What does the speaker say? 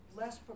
less